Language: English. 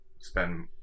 spend